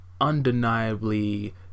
undeniably